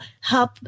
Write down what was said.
help